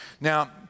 Now